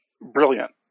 Brilliant